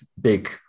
big